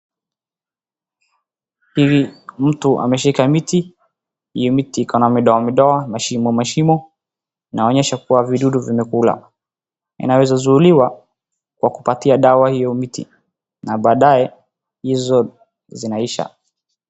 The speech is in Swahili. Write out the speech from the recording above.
Hivi mtu ameshika miti hiyo miti iko na madoa madoa mashimo mashimo inaonyesha kuwa vidudu vimekula, inaweza zuiliwa Kwa kupatia dawa hizo miti na baadae hizo zinaisha.